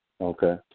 Okay